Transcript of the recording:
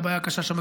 זאת הבעיה הקשה שם,